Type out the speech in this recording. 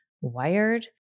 wired